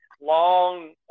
long